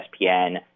ESPN